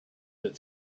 that